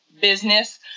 business